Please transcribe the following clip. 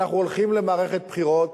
אנחנו הולכים למערכת בחירות,